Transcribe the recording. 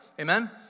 Amen